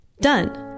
Done